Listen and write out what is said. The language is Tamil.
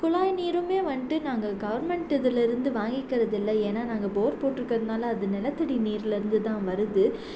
குழாய் நீருமே வந்துட்டு நாங்கள் கவுர்மண்ட்டு இதுலேருந்து வாங்கிக்கிறது இல்லை ஏன்னா நாங்கள் போர் போட்டிருக்குறதுனால அது நிலத்தடி நீர்லேருந்துதான் வருது